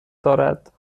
دارد